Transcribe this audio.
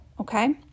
okay